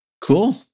Cool